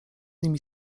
nimi